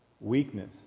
Weakness